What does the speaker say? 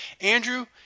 Andrew